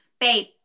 babe